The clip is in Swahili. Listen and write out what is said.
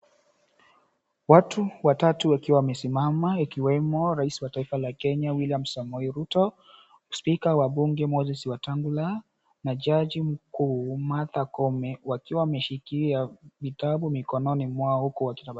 Watu watatu wakiwa wamesimama, ikiwemo Rais wa taifa la Kenya, William Samoei Ruto, Spika wa Bunge, Moses Wetangula, na Jaji Mkuu, Martha Koome, wakiwa wameshikilia vitabu mikononi mwao huku wakitabasamu.